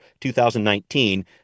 2019